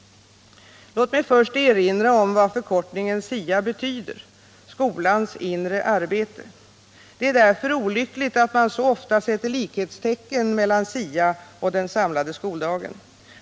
Låt mig först erinra om vad förkortningen SIA betyder — skolans inre arbete. Det är därför olyckligt att man så ofta sätter likhetstecken mellan SIA och den samlade skoldagen.